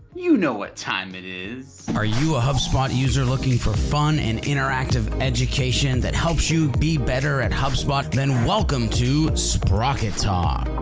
you know what time it is are you a hubspot user looking for fun and interactive? education that helps you be better at hubspot then welcome to sprockets. ah,